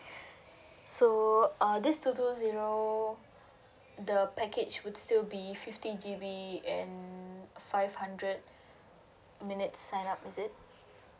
so uh this two two zero the package would still be fifty G_B and five hundred minutes sign up is it